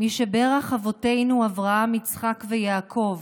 "מי שבירך אבותינו, אברהם יצחק ויעקב,